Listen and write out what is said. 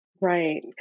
Right